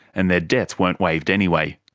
and their debts weren't waived anyway.